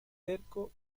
terco